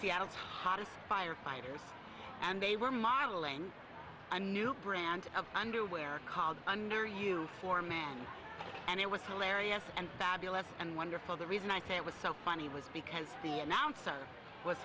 seattle's hottest fire fighters and they were modeling a new brand of underwear called under you for man and it was hilarious and babbie less and wonderful the reason i say it was so funny was because the announcer was